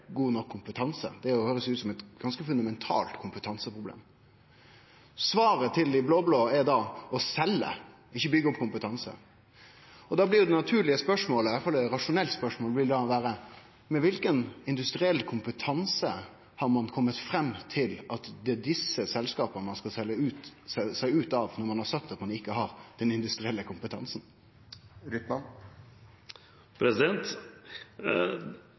kompetanse. Det høyrest ut som eit ganske fundamentalt kompetanseproblem. Svaret til dei blå-blå er då å selje, ikkje å byggje opp kompetanse. Då blir det naturlege spørsmålet, i alle fall eit rasjonelt spørsmål: Med kva industriell kompetanse har ein kome fram til at det er desse selskapa ein skal selje seg ut av, når ein har sagt at ein ikkje har den industrielle kompetansen?